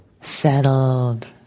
Settled